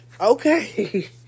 okay